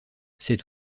cet